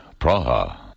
Praha